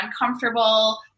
uncomfortable